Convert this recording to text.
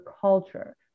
culture